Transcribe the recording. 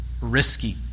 risky